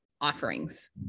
offerings